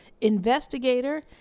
investigator